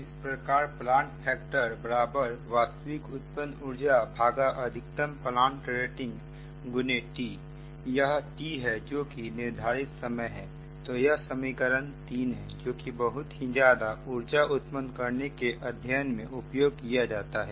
इस प्रकार " plant factor वास्तविक उत्पन्न ऊर्जा अधिकतम प्लांट रेटिंग X T" यह T है जो कि निर्धारित समय है तो यह समीकरण 3 है जो कि बहुत ही ज्यादा उर्जा उत्पन्न करने के अध्ययन में उपयोग किया जाता है